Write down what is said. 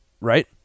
Right